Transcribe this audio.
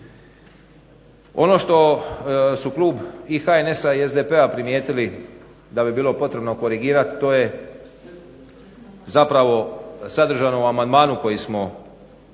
Ono što su klub i HNS-a i SDP-a primijetili da bi bilo potrebno korigirat, to je zapravo sadržano u amandmanu koji smo predložili